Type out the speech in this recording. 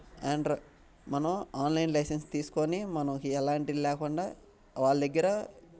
మనం online licence తీసుకోని మనం ఎలాంటివి లేకుండా వాళ్ళ దగ్గర